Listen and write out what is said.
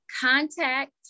contact